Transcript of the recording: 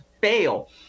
fail